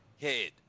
head